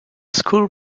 school